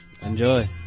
Enjoy